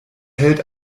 hält